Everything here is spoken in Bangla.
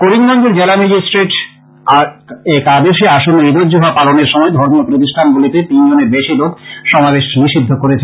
করিমগঞ্জের জেলা মেজিস্ট্রেট আদেশে আসন্ন ঈদুজ্জোহা পালনের সময় ধর্মীয় প্রতিষ্ঠানগুলিতে তিনজনের বেশী লোক সমাবেশ নিষিদ্ধ করেছেন